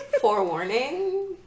forewarning